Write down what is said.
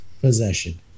possession